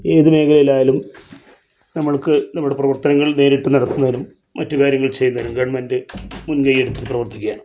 ഏത് മേഖലയിലായാലും നമ്മൾക്ക് നമ്മടെ പ്രവർത്തനങ്ങൾ നേരിട്ട് നടത്തുന്നതിനും മറ്റു കാര്യങ്ങൾ ചെയ്യുന്നതിനും ഗെവൺമൻട് മുൻ കൈ എടുത്ത് പ്രവർത്തിയ്ക്കയാണ്